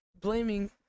blaming